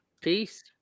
Peace